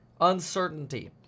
uncertainty